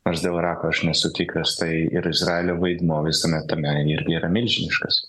nors dėl irako aš nesu tikras tai ir izraelio vaidmuo visame tame irgi yra milžiniškas